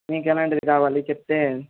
మీకెలాంటిది కావాలి చెప్తే